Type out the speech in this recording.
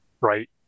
right